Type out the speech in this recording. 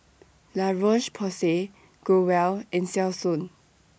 La Roche Porsay Growell and Selsun